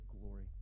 glory